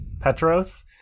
Petros